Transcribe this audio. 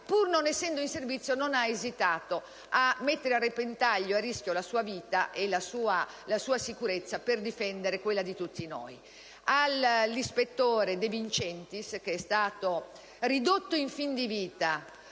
quel momento operava e non ha esitato a mettere a repentaglio la sua vita e la sua sicurezza per difendere quella di tutti noi. All'ispettore De Vincentis, che è stato ridotto in fin di vita